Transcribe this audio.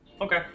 Okay